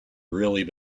really